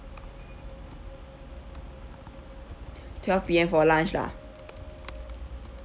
twelve P_M for lunch lah